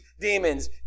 demons